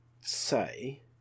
say